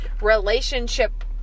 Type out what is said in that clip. relationship